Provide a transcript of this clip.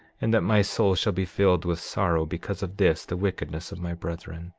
and that my soul shall be filled with sorrow because of this the wickedness of my brethren.